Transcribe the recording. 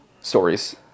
stories